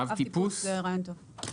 טיפוס לשאר הרכבים.